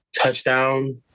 touchdown